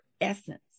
essence